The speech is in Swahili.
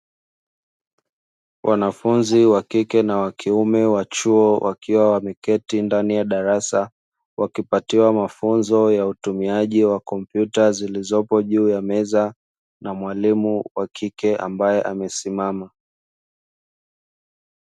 Wanafunzi wa kike na wa kiume wa chuo, wakiwa wameketi ndani ya darasa wakipatiwa mafunzo ya utumiaji wa kompyuta, zilizopo juu ya meza na mwalimu wa kike ambaye amesimama.